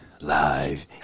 live